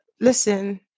listen